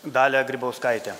dalią grybauskaitę